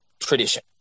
tradition